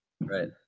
Right